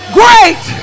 great